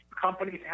companies